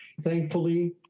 Thankfully